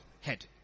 head